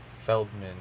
Feldman